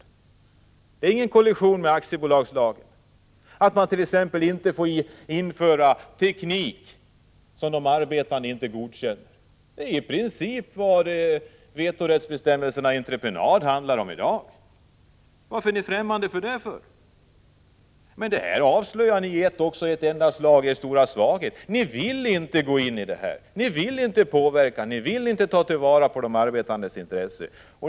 Det innebär inte någon kollision med aktiebolagslagen att arbetsgivarna t.ex. förhindras att införa teknik som de arbetande inte godkänner. Det är i princip vad bestämmelserna om vetorätt vid entreprenader handlar om i dag. Varför är ni främmande för dem? Med det här synsättet avslöjar ni er stora svaghet. Ni vill inte gå in i det här. Ni vill inte påverka utvecklingen så att de arbetandes intressen tas till vara.